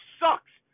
sucks